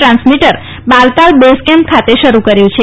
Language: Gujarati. ટ્રાન્સમીટર બારતાલ બેઝ કેમ્પ ખાતે શરૂ કર્યું છે